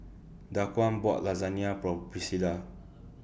Daquan bought Lasagna For Priscila